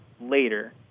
later